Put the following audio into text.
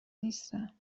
نیستم